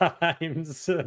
times